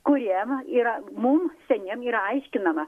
kuriem yra mum seniem yra aiškinama